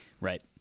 Right